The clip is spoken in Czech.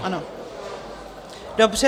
Ano, dobře.